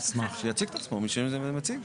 שיציג את עצמו הנציג.